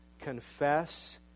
confess